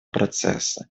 процесса